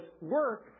work